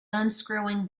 unscrewing